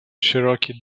cherokee